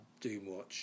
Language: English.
Doomwatch